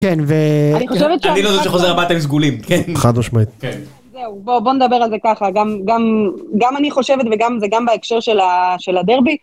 כן, ו... אני חושבת שאני לא זה שחוזר הביתה עם סגולים, כן. חד משמעית. כן. זהו, בואו, בואו נדבר על זה ככה, גם אני חושבת וגם זה גם בהקשר של הדרביק.